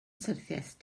syrthiaist